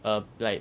err like